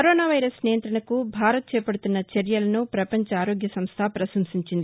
corona virus నియంతణకు భారత్ చేవడుతున్న చర్యలను వవంచ ఆరోగ్య సంస్థ ను వశంసించింది